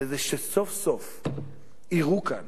וזה שסוף-סוף יראו כאן